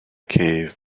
cave